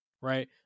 right